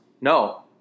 no